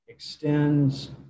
extends